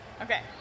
Okay